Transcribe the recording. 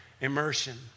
immersion